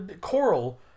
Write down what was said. coral